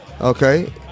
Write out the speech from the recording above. Okay